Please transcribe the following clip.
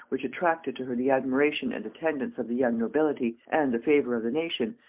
which attracted to her the admiration and attendance of the young nobility, and the favor of the nation,